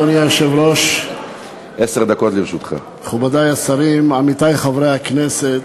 אדוני היושב-ראש, מכובדי השרים, עמיתי חברי הכנסת,